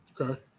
Okay